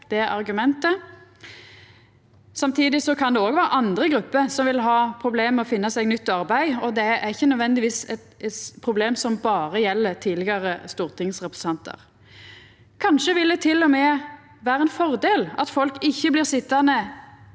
ser det argumentet. Samtidig kan det òg vera andre grupper som vil ha problem med å finna seg nytt arbeid, det er ikkje nødvendigvis eit problem som berre gjeld tidlegare stortingsrepresentantar. Kanskje vil det til og med vera ein fordel at folk ikkje blir sitjande